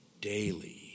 daily